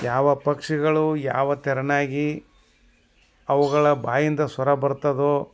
ಯಾವ ಪಕ್ಷಿಗಳು ಯಾವ ತೆರನಾಗಿ ಅವುಗಳ ಬಾಯಿಂದ ಸ್ವರ ಬರ್ತದ್ಯೋ